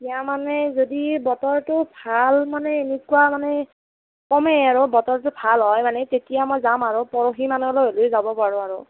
এতিয়া মানে যদি বতৰটো ভাল মানে এনেকুৱা মানে যামেই আৰু বতৰটো ভাল হয় মানে তেতিয়া মই যাম আৰু পৰহি মানলৈ হ'লেও যাব পাৰোঁ আৰু